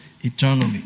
eternally